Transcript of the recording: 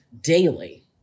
daily